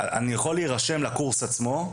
אני יכול להירשם לקורס עצמו,